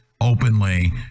openly